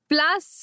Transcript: Plus